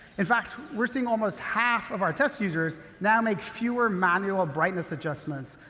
in fact, we're seeing almost half of our test users now make fewer manual brightness adjustments,